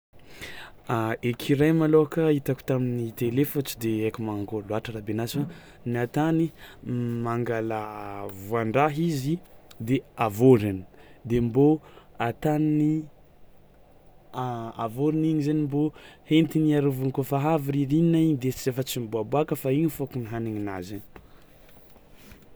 Ecureuil malôhaka hitako tamin'ny tele fô tsy de haiko magnakôry loatra rahabenazy fa ny atany mangala voan-draha izy de avôriny de mbô ataniny avôriny igny zany mbô hentiny iarôvany kaofa avy ririinina igny de ts- efa tsy miboàboàka fa igny fôkiny hanigninazy e.